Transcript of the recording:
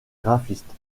graphiste